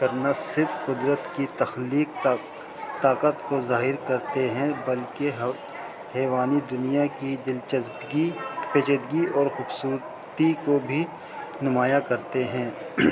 کرنا صرف قدرت کی تخلیق طاقت کو ظاہر کرتے ہیں بلکہ حیوانی دنیا کی دلچسگی فجدگی اور خوبصورتی کو بھی نمایاں کرتے ہیں